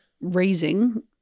raising